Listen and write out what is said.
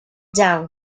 down